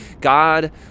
God